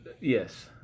Yes